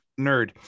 nerd